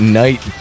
night